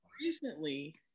recently